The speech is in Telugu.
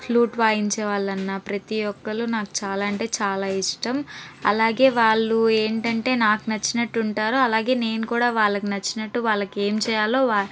ఫ్లూట్ వాయించే వాళ్ళన్నా ప్రతీ ఒక్కరు నాకు చాలా అంటే చాలా ఇష్టం అలాగే వాళ్ళూ ఏంటంటే నాకు నచ్చినట్టు ఉంటారు అలాగే నేను కూడా వాళ్ళకి నచ్చినట్టు వాళ్ళకి ఏం చెయ్యాలో వా